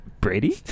Brady